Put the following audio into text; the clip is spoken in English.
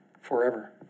forever